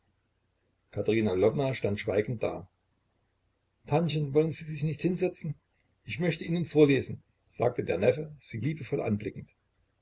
katerina lwowna stand schweigend da tantchen wollen sie sich nicht hinsetzen ich möchte ihnen vorlesen sagte der neffe sie liebevoll anblickend